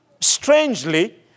strangely